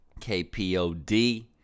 KPOD